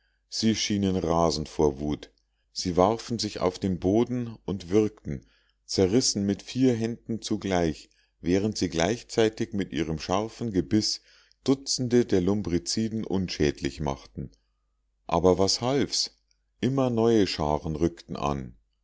sie schienen rasend vor wut sie warfen sich auf den boden und würgten zerrissen mit vier händen zugleich während sie gleichzeitig mit ihrem scharfen gebiß dutzende der lumbriciden unschädlich machten aber was half's immer neue scharen rückten an